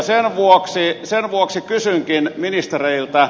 sen vuoksi kysynkin ministereiltä